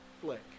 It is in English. flick